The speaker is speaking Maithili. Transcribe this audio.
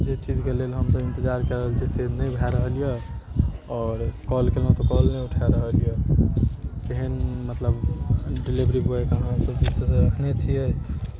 जे चीजके लेल हमसब इंतजार कए रहल छियै से नहि भऽ रहलैया आओर कॉल केलहुॅं तऽ कॉल नहि उठा रहल यऽ केहन मतलब डीलेवरी बॉय के अहाँसब जे छै से रखने छियै